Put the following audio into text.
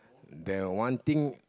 there are wanting